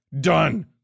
Done